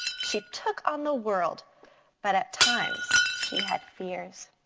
she took on the world but at times she had fears.